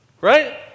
right